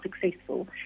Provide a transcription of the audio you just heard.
successful